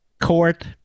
court